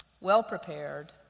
well-prepared